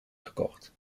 gekocht